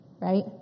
Right